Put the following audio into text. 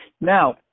Now